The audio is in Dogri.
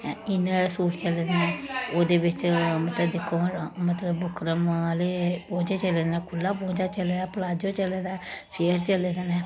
ऐं इन्ने सूट चले दे ने ते ओह्दे बिच्च मतलब दिक्खो हां मतलब बुकरम आहले पौंचे चले दे न खुल्ला पौंचा चले दा प्लाजो चले दा फ्लेयर चले दा ऐ